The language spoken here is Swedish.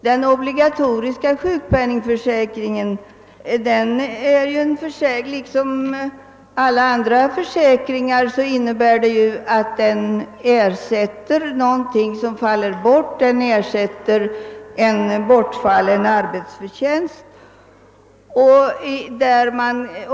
Denna försäkring skall i likhet med alla andra försäkringar kompensera ett inkomstbortfall, i detta fall förlorad arbetsförtjänst.